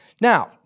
Now